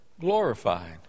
glorified